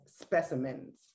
specimens